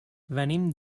venim